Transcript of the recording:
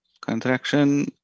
Contraction